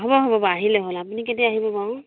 হ'ব হ'ব বাৰু আহিলে হ'ল আপুনি কেতিয়া আহিব বাৰু